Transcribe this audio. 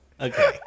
Okay